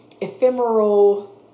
ephemeral